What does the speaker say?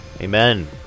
Amen